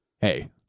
hey